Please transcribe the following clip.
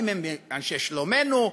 האם הם אנשי שלומנו,